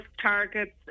targets